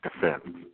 defense